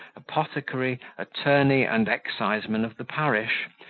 apothecary, attorney, and exciseman of the parish,